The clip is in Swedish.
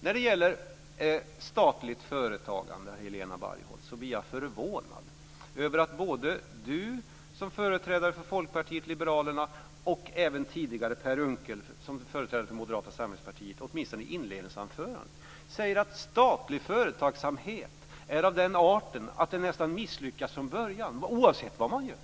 När det gäller statligt företagande blir jag förvånad över att både Helena Bargholtz, som företrädare för Folkpartiet liberalerna, och Per Unckel som företrädare för Moderata samlingspartiet, åtminstone i sitt inledningsanförande, säger att statlig företagsamhet är av den arten att den misslyckas från början nästan oavsett vad man gör.